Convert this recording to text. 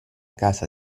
casa